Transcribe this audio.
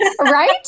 Right